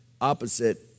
opposite